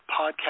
podcast